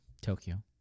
tokyo